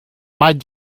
might